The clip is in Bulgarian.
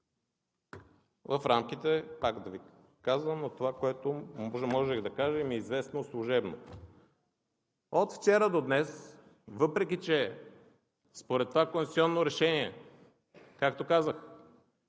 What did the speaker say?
в рамките, пак Ви казвам, на това, което можех да кажа и ми е известно служебно. От вчера до днес, въпреки че според това конституционно решение Народното